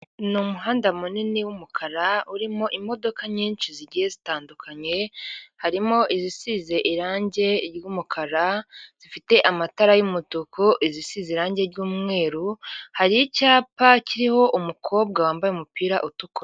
Ni umuhanda munini w'umukara urimo imodoka nyinshi zigiye zitandukanye harimo: izisize irangi ry'umukara zifite amatara y'umutuku, izisize irangi ry'umweru, hari icyapa kiriho umukobwa wambaye umupira utukura.